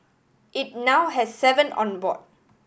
it now has seven on board